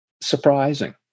surprising